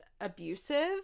abusive